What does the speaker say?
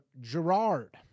gerard